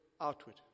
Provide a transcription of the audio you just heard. outward